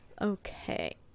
Okay